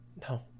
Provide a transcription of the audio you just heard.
no